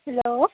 hello